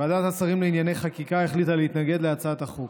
ועדת השרים לענייני חקיקה החליטה להתנגד להצעת החוק.